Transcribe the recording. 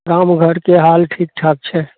गाँम घरके हाल ठीक ठाक छै